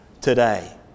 today